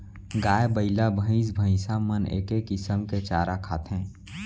गाय, बइला, भईंस भईंसा मन एके किसम के चारा खाथें